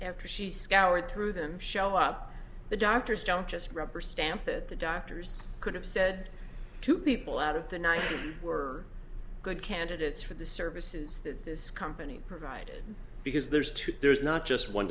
after she scoured through them show up the doctors don't just rubberstamp it the doctors could have said to people out of the ninety or good candidates for the services that this company provided because there's two there's not just one